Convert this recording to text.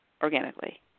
organically